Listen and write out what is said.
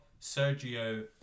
sergio